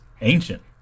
ancient